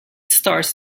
stars